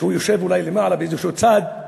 שאולי יושב למעלה באיזשהו צד,